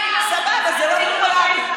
סבבה, זה לא פופולרי.